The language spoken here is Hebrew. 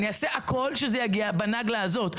אני אעשה הכל כדי שזה יגיע בנגלה הזאת,